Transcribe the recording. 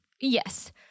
Yes